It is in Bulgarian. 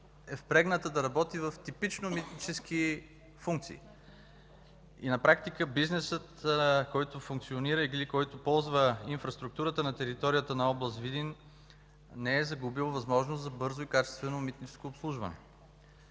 е впрегната да работи с типично митнически функции и на практика бизнесът, който функционира или който ползва инфраструктурата на територията на област Видин не е загубил възможност за бързо и качествено митническо обслужване.